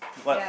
what